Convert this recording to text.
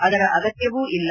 ಅದರ ಅಗತ್ಕವೂ ಇಲ್ಲ